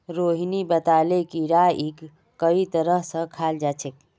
रोहिणी बताले कि राईक कई तरह स खाल जाछेक